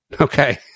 okay